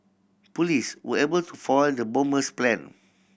police were able to foil the bomber's plan